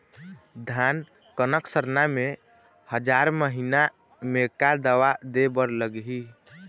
धान कनक सरना मे हजार महीना मे का दवा दे बर लगही?